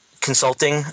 consulting